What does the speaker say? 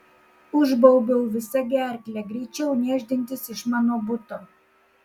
užbaubiau visa gerkle greičiau nešdintis iš mano buto